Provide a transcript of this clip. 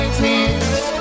tears